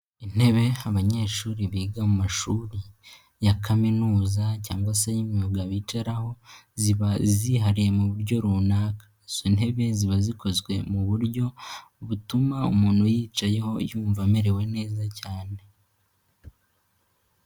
Intebe abanyeshuri biga mu mashuri ya kaminuza cyangwa se y'imyuga bicaraho, ziba zihariye mu buryo runaka. Izo ntebe ziba zikozwe mu buryo butuma umuntu uyicayeho yumva amerewe neza cyane.